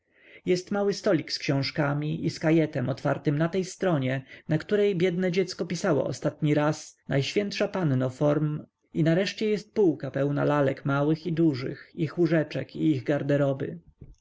jest mały stolik z książkami i z kajetem otwartym na tej stronie na której biedne dziecko pisało ostatni raz najświętsza panno form i nareszcie jest półka pełna lalek małych i dużych ich łóżeczek i ich garderoby